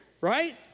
right